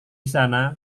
sana